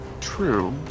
True